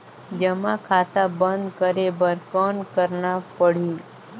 जमा खाता बंद करे बर कौन करना पड़ही?